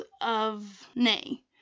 of-nay